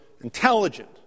intelligent